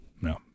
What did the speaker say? no